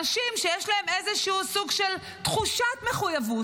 אנשים שיש להם איזשהו סוג של תחושת מחויבות.